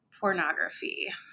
pornography